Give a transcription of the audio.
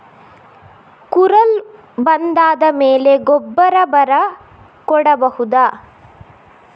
ಕುರಲ್ ಬಂದಾದ ಮೇಲೆ ಗೊಬ್ಬರ ಬರ ಕೊಡಬಹುದ?